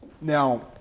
Now